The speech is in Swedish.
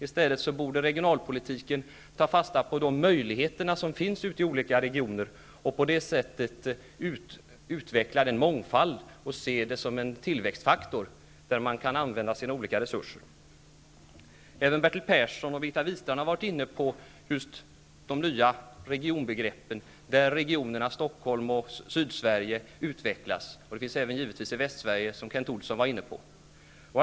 I stället borde regionalpolitiken ta fasta på de möjligheter som finns ute i olika regioner och på det sättet utveckla mångfalden och se det som en tillväxtfaktor. Även Bertil Persson och Birgitta Wistrand har varit inne på just de nya regionbegreppen, där regionerna Stockholm och Sydsverige utvecklas. Detta gäller givetvis också för Västsverige, vilket Kent Olsson talade om.